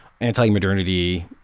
anti-modernity